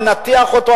ננתח אותו,